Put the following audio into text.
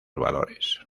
valores